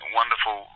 wonderful